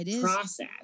process